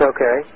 Okay